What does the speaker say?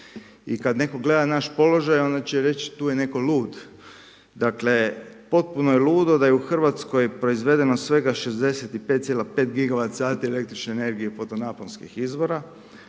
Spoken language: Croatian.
I kada netko gleda naš položaj, onda će netko reći tu je netko lud. Dakle, potpuno je ludo da je u Hrvatskoj, proizvedeno svega 65,5 gigawat sati el. energije fotonaponskih izvora,